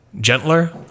gentler